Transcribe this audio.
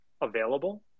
available